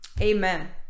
amen